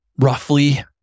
roughly